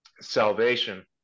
salvation